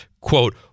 Quote